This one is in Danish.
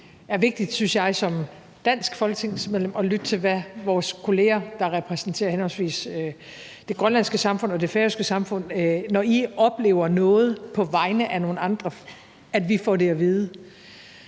det er vigtigt som dansk folketingsmedlem at lytte til vores kolleger, der repræsenterer henholdsvis det grønlandske samfund og det færøske samfund, sådan at når I oplever noget på vegne af nogle andre, får vi det at vide.